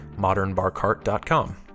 modernbarcart.com